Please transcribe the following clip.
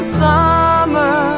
summer